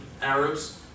Arabs